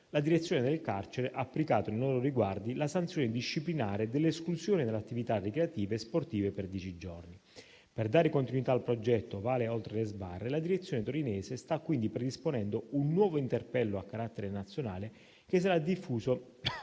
la direzione del carcere ha applicato nei loro riguardi la sanzione disciplinare dell'esclusione dalle attività ricreative e sportive per dieci giorni. Per dare continuità al progetto «Ovale oltre le sbarre», la direzione torinese sta quindi predisponendo un nuovo interpello a carattere nazionale, che sarà diffuso